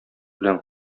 белән